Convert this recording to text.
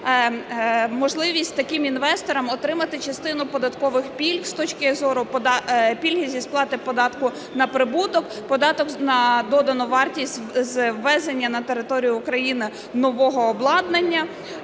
можливість таким інвесторам отримати частину податкових пільг, з точки зору пільги зі сплати податку на прибуток, податок на додану вартість з ввезення на територію України нового обладнання.